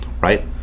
right